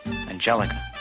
Angelica